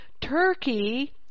Turkey